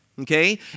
okay